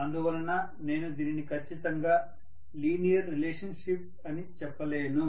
అందువలన నేను దీనిని ఖచ్చితంగా లీనియర్ రిలేషన్షిప్ అని చెప్పలేను